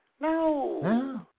no